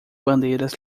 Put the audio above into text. bandeiras